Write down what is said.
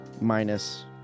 minus